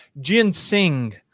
ginseng